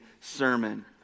sermon